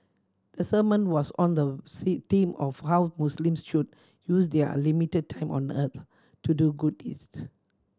the sermon was on the C theme of how Muslims should use their limited time on earth to do good deeds